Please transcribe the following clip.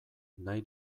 nahi